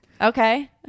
Okay